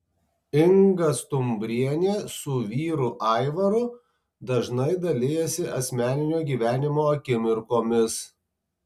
inga stumbrienė su vyru aivaru dažnai dalijasi asmeninio gyvenimo akimirkomis